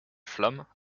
flammes